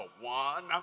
one